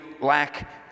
lack